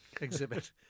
exhibit